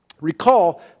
Recall